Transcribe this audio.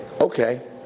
okay